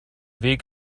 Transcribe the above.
weg